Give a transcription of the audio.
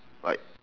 like